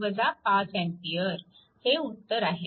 तर येथे i1 5A हे उत्तर आहे